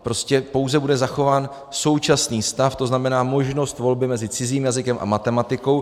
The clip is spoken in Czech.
Prostě pouze bude zachován současný stav, to znamená možnost volby mezi cizím jazykem a matematikou.